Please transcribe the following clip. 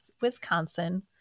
Wisconsin